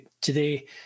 today